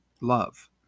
love